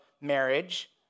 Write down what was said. marriage